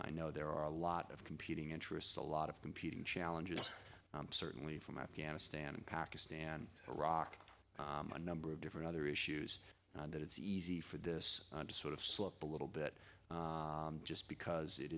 i know there are a lot of competing interests a lot of competing challenges certainly from afghanistan and pakistan iraq a number of different other issues that it's easy for this to sort of slip a little bit just because it